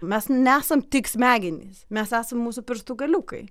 mes nesam tik smegenys mes esam mūsų pirštų galiukai